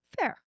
Fair